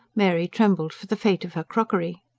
mary trembled for the fate of her crockery.